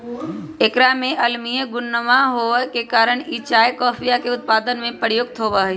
एकरा में अम्लीय गुणवा होवे के कारण ई चाय कॉफीया के उत्पादन में प्रयुक्त होवा हई